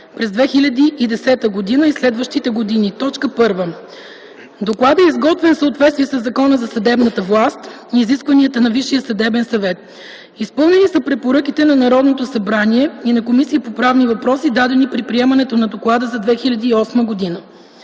през 2010 г. и следващите години: 1. Докладът е изготвен в съответствие със Закона за съдебната власт и изискванията на Висшия съдебен съвет. Изпълнени са препоръките на Народното събрание и на Комисията по правни въпроси, дадени при приемането на Доклада за 2008 г.